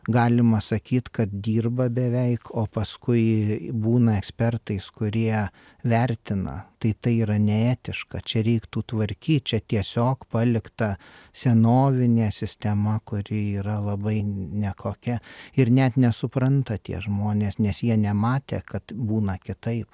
galima sakyt kad dirba beveik o paskui būna ekspertais kurie vertina tai tai yra neetiška čia reiktų tvarkyt čia tiesiog palikta senovinė sistema kuri yra labai nekokia ir net nesupranta tie žmonės nes jie nematė kad būna kitaip